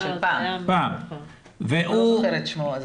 אני לא זוכר את שמו.